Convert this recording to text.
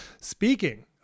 speaking